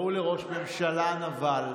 קראו לראש ממשלה נבל.